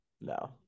no